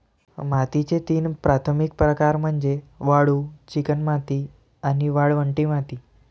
मातीचे तीन प्राथमिक प्रकार म्हणजे वाळू, चिकणमाती आणि वाळवंटी माती